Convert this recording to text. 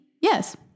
Yes